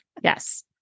Yes